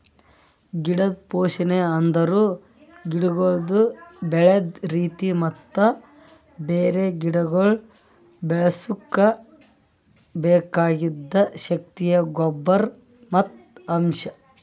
ಗಿಡದ್ ಪೋಷಣೆ ಅಂದುರ್ ಗಿಡಗೊಳ್ದು ಬೆಳದ್ ರೀತಿ ಮತ್ತ ಬ್ಯಾರೆ ಗಿಡಗೊಳ್ ಬೆಳುಸುಕ್ ಬೆಕಾಗಿದ್ ಶಕ್ತಿಯ ಗೊಬ್ಬರ್ ಮತ್ತ್ ಅಂಶ್